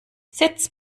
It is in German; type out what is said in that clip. sitz